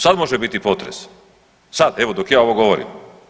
Sad može biti potres, sad evo dok ja ovo govorim.